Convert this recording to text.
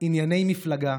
ענייני מפלגה /